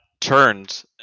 turned